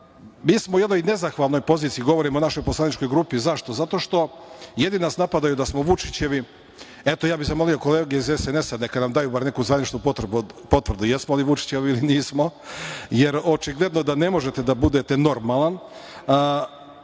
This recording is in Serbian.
smo u jednoj nezahvalnoj poziciji, govorim o našoj poslaničkoj grupi. Zašto? Zato što jedni nas napadaju da smo Vučićevi. Eto, ja bih zamolio kolege iz SNS neka nam daju bar neku zvaničnu potvrdu jesmo li Vučićevi ili nismo, jer očigledno je da ne možete da budete normalan.